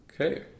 Okay